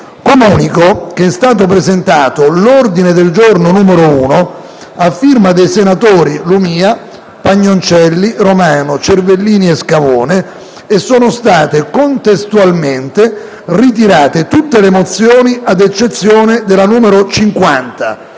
Comunico che è stato presentato l'ordine del giorno G1, a firma dei senatori Lumia, Pagnoncelli, Romano, Cervellini e Scavone, e sono state contestualmente ritirate tutte le mozioni ad eccezione della mozione